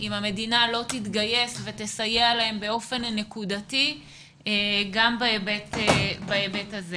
אם המדינה לא תתגייס ותסייע להן באופן נקודתי גם בהיבט הזה.